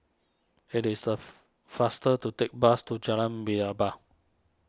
it is the faster to take bus to Jalan